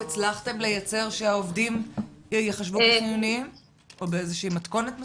הצלחתם לייצר שהעובדים ייחשבו כחיוניים או באיזושהי מתכונת מסוימת?